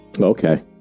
Okay